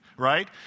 right